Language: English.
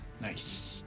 Nice